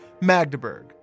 Magdeburg